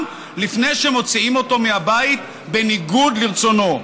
לפני שמוציאים אותו מהבית בניגוד לרצונו.